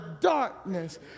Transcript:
darkness